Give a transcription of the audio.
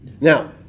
Now